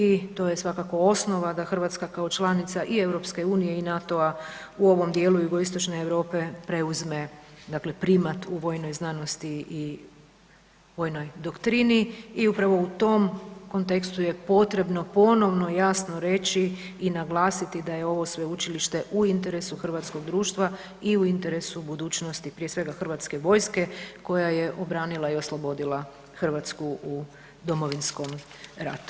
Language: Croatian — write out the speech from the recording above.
I to je svakako osnova da Hrvatska kao članica i EU-a i NATO-a u ovom dijelu jugoistočne Europe preuzme, dakle primat u vojnoj znanosti i vojnoj doktrini i upravo u tom kontekstu je potrebno ponovno jasno reći i naglasiti da je ovo sveučilište u interesu hrvatskog društva i u interesu budućnosti, prije svega HV-a koja je obranila i oslobodila Hrvatsku u Domovinskom ratu.